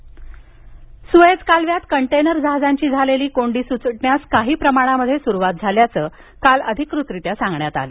Suez कालवा Suez कालव्यात container जहाजांची झालेली कोंडी सुटण्यास काही प्रमाणात सुरवात झाल्याचं काल अधिकृतरीत्या सांगण्यात आलं